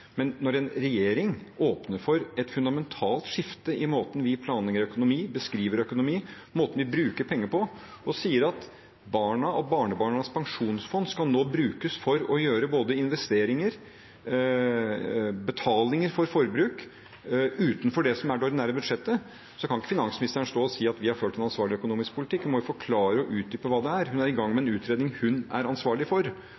Men når en regjering åpner for et fundamentalt skifte i måten vi planlegger og beskriver økonomi på, og måten vi bruker penger på, og sier at barna og barnebarnas pensjonsfond nå skal brukes til både investeringer og betaling for forbruk utenfor det som er det ordinære budsjettet, kan ikke finansministeren stå og si at de har ført en ansvarlig økonomisk politikk. Hun må jo forklare og utdype hva det er. Hun er i gang med en utredning hun er ansvarlig for.